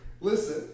Listen